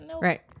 Right